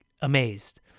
amazed